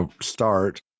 start